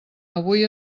avui